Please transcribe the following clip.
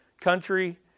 country